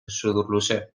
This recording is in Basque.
sudurluze